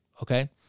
okay